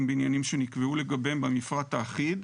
בעניינים שנקבעו לגביהם במפרט האחיד".